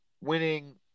winning